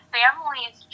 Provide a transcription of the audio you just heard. families